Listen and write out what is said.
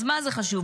אז מה זה חשוב,